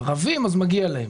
ערבים, אז מגיע להם.